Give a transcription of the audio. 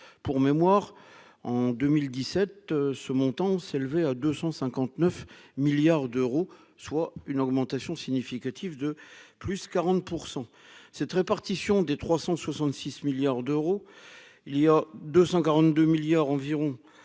pour mémoire en 2017 ce montant s'élevait à 259 milliards d'euros, soit une augmentation significative de plus 40 % cette répartition des 366 milliards d'euros il y a 242 milliards environ